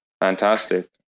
Fantastic